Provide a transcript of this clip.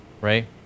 right